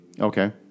Okay